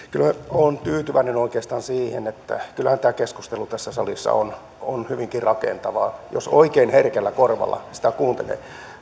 olen tyytyväinen oikeastaan siihen että kyllähän tämä keskustelu tässä salissa on on hyvinkin rakentavaa jos oikein herkällä korvalla sitä kuuntelee